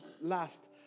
last